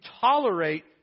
tolerate